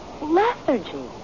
lethargy